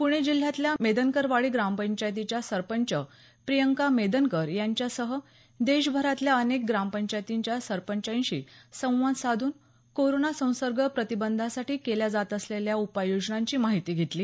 पूणे जिल्ह्यातल्या मेदनकरवाडी ग्रामपंचायतीच्या सरपंच प्रियंका मेदनकर यांच्यासह देशभरातल्या अनेक ग्रामपंचायतींच्या सरपंचांशी संवाद साधून कोरोना संसर्ग प्रतिबंधासाठी केल्या जात असलेल्या उपाययोजनांची माहिती घेतली